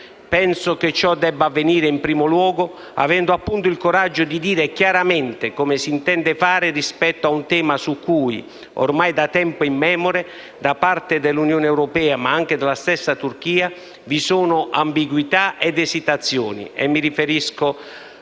Penso che ciò debba avvenire in primo luogo avendo il coraggio di dire chiaramente cosa si intende fare rispetto a un tema su cui, ormai da tempo immemore, da parte dell'Unione europea, ma anche della stessa Turchia, vi sono ambiguità ed esitazioni, e mi riferisco al